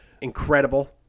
incredible